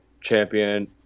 champion